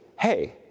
hey